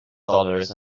dollars